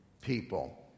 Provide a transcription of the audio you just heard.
people